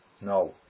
No